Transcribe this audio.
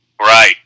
Right